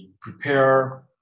prepare